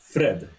Fred